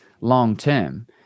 long-term